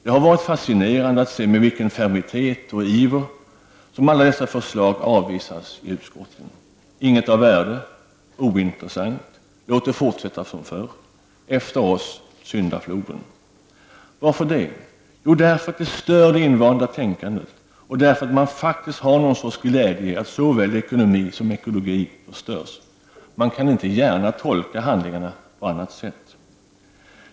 Det har varit fascinerande att se med vilken fermitet och iver som alla dessa förslag avvisas i utskotten: Inget av värde. Ointressant. Låt det fortsätta som förr. Efter oss syndafloden. Varför det? Jo, därför att våra förslag stör det invanda tänkandet och därför att man faktiskt har en sorts glädje i att såväl ekonomi som ekologi förstörs. Det går inte gärna att tolka handlingarna på annat sätt.